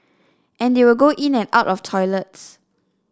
and they will go in and out of toilets